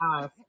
Yes